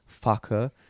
Fucker